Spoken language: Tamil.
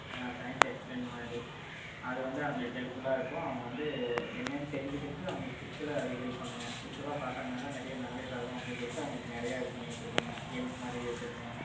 ஆ சயின்ஸ் எக்ஸ்பிரிமெண்ட் மாதிரி அது வந்து அவங்களுக்கு ஹெல்ப்ஃபுல்லாக இருக்கும் அவங்க வந்து என்னென்னு தெரிஞ்சுக்கிறக்கு அவங்களுக்கு பிசிக்கலாக அது ஹெல்ப் பண்ணும்ங்க விஷ்வலாக பார்த்தாங்கனா தான் நிறைய மெமரீஸ் ஆகும் அப்படினு சொல்லிவிட்டு அவங்களுக்கு நிறையா இது பண்ணி வைச்சிருக்கோங்க கேம்ஸ் மாதிரி வைச்சிருக்கோம்